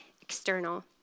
external